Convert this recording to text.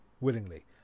Willingly